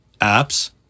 apps